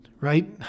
right